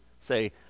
say